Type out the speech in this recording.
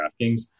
DraftKings